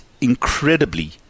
incredibly